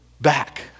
back